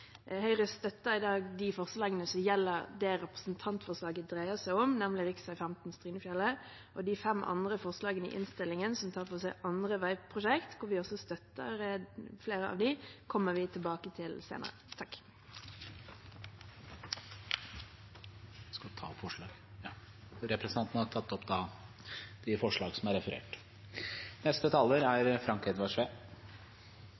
Høyre støtter i dag de forslagene som gjelder det representantforslaget dreier seg om, nemlig rv. 15 Strynefjellet. De fem andre forslagene i innstillingen, som tar for seg andre veiprosjekter, og hvor vi også støtter flere av dem, kommer vi tilbake til senere. Vil representanten ta opp forslag? Ja. Representanten Charlotte Spurkeland har tatt opp de